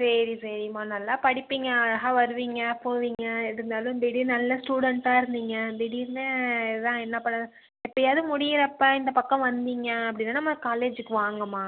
சரி சரிம்மா நல்லா படிப்பீங்க அழகாக வருவீங்க போவீங்க இருந்தாலும் திடீர்னு நல்ல ஸ்டூடண்ட்டா இருந்தீங்க திடிர்னு இதுதான் என்ன பண்ணு எப்போயாவது முடியிறப்போ இந்த பக்கம் வந்தீங்க அப்படின்னா நம்ம காலேஜ்ஜுக்கு வாங்கம்மா